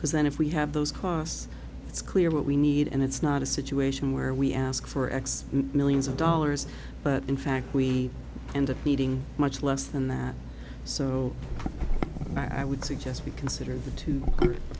because then if we have those costs it's clear what we need and it's not a situation where we ask for x millions of dollars but in fact we end up needing much less than that so i would suggest we consider that to